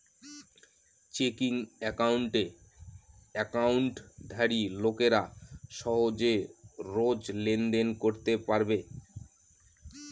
checking একাউণ্টে একাউন্টধারী লোকেরা সহজে রোজ লেনদেন করতে পারবে